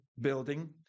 building